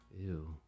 Ew